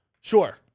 sure